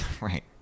right